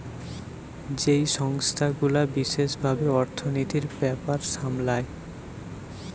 যেই সংস্থা গুলা বিশেষ ভাবে অর্থনীতির ব্যাপার সামলায়